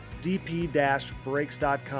DP-Brakes.com